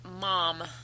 mom